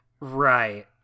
Right